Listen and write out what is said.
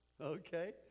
Okay